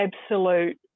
absolute